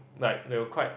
like they were quite